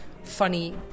funny